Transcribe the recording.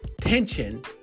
tension